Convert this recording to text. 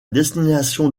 destination